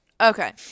Okay